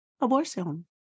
abortion